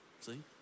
see